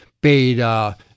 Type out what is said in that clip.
beta